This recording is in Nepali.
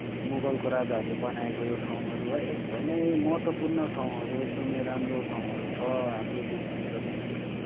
मुगलको राजाहरूले बनाएको यो ठाउँहरू है एकदमै महत्त्वपूर्ण ठाउँहरू एकदमै राम्रो ठाउँहरू छ हाम्रो देशभित्र नै